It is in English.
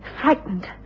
frightened